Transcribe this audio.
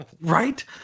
Right